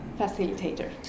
facilitator